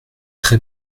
très